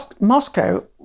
Moscow